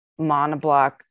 monoblock